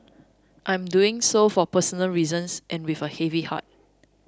I am doing so for personal reasons and with a heavy heart